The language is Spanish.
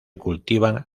cultivan